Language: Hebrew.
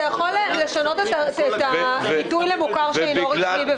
אתה יכול לשנות את הביטוי ולומר "מוכר שאינו רשמי".